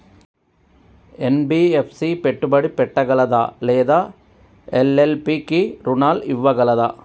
NBFC పెట్టుబడి పెట్టగలదా లేదా ఎల్.ఎల్.పి కి రుణాలు ఇవ్వగలదా?